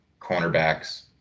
cornerbacks –